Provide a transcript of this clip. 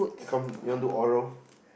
come you want do oral